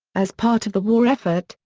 as part of the war effort,